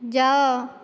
ଯାଅ